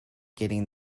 getting